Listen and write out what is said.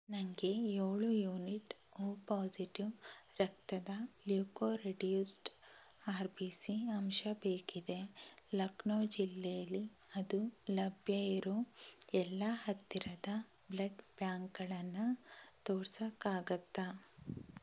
ನನಗೆ ಏಳು unit O positive ರಕ್ತದ ಲ್ಯೂಕೋರೆಡ್ಯೂಸ್ಡ್ ಆರ್ ಬಿ ಸಿ ಅಂಶ ಬೇಕಿದೆ ಲಕ್ನೌ ಜಿಲ್ಲೆಲಿ ಅದು ಲಭ್ಯ ಇರೋ ಎಲ್ಲ ಹತ್ತಿರದ ಬ್ಲಡ್ ಬ್ಯಾಂಕ್ಗಳನ್ನು ತೋರಿಸೋಕ್ಕಾಗತ್ತಾ